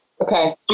Okay